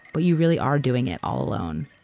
but you really are doing it all alone